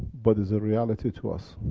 but is a reality to us.